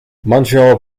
montreal